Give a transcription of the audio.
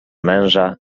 męża